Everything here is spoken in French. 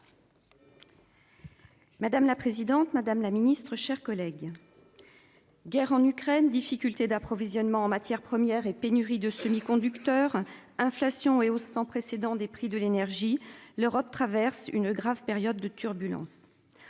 Madame la présidente, madame la Ministre, chers collègues. Guerre en Ukraine. Difficultés d'approvisionnement en matières premières et pénurie de semi-conducteurs, inflation et hausse sans précédent des prix de l'énergie, l'Europe traverse une grave période de turbulences.